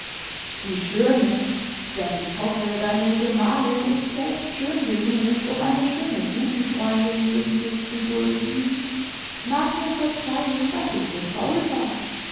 die schöne denn ich hoffe deine gemalin ist selbst schön genug um eine schöne busenfreundin neben sich zu dulden mag mir verzeihen daß ich so faul war